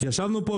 ישבנו פה,